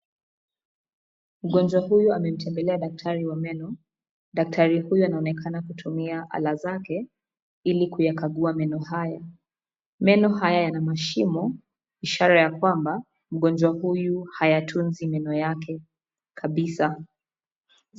Mgonjwa huyu amemtembelea daktari wa meno, daktari huyu anaonekana kutumia ala zake ili kuyakagua meno yao. Meno haya yana mashimo ishara ya kwamba mgonjwa huyu hayatunzi meno yake kabisaa.